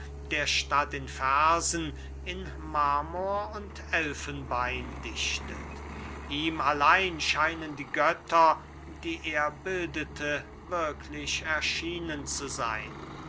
der statt in versen in marmor und elfenbein dichtet ihm allein scheinen die götter die er bildete wirklich erschienen zu seyn